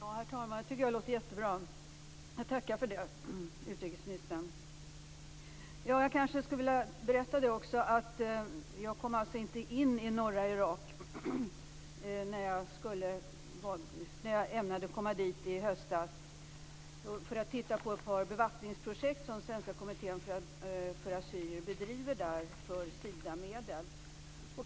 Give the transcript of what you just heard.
Herr talman! Det tycker jag låter jättebra. Jag tackar utrikesministern för det. Jag skulle vilja berätta att jag inte kom in i norra Irak när jag ämnade besöka detta område i höstas för att titta på ett par bevattningsprojekt som Svenska kommittén för assyrier bedriver där med Sidamedel.